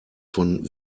von